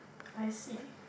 I see